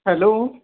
hello